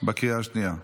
בקריאה השנייה.